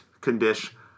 condition